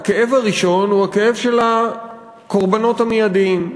הכאב הראשון הוא הכאב של הקורבנות המיידיים,